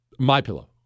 MyPillow